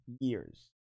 years